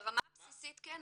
ברמה הבסיסית כן,